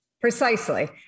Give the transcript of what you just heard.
Precisely